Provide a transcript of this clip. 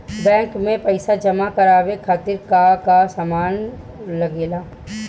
Bank में पईसा जमा करवाये खातिर का का सामान लगेला?